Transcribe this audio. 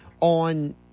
on